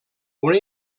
una